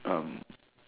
um